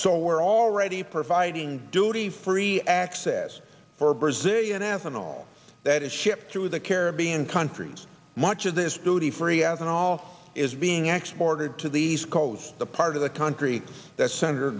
so we're already providing duty free access for brazilian ethanol that is shipped through the caribbean countries much of this duty free as in all is being exploited to the east coast the part of the country that senator